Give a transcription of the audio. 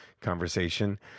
conversation